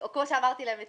כמו שאמרתי להם אתמול,